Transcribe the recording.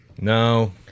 No